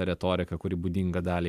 retorika kuri būdinga daliai